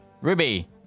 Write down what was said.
Ruby